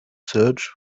search